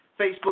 Facebook